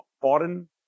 foreign